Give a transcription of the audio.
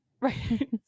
Right